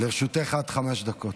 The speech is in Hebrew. לרשותך עד חמש דקות.